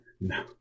No